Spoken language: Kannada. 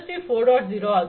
0 ಆಗಿದೆ